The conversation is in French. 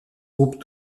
groupe